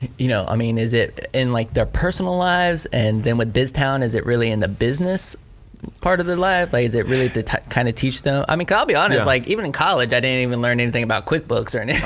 you know i mean is it in like their personal lives and then what biztown is it really in the business part of their life, like is it really to kind of teach them i mean cause i'll be honest like even in college i didn't even learn anything about quickbooks or anything.